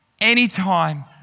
anytime